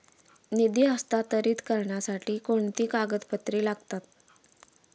निधी हस्तांतरित करण्यासाठी कोणती कागदपत्रे लागतात?